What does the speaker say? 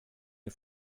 med